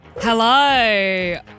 Hello